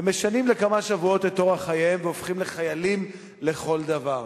ומשנים לכמה שבועות את אורח חייהם והופכים לחיילים לכל דבר.